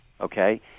okay